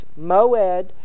moed